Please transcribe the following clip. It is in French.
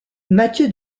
mathieu